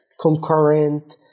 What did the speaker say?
concurrent